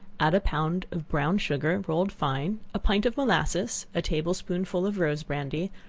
add a pound of brown sugar, rolled fine, a pint of molasses, a table-spoonful of rose brandy,